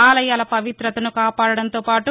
ఆలయాల పవితతను కాపాడడంతో పాటు